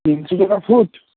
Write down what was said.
তিনশো টাকা ফুট